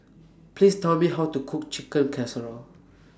Please Tell Me How to Cook Chicken Casserole